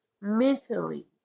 mentally